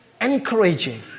encouraging